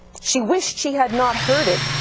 she wish'd she had not heard it,